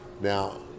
Now